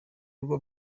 bigo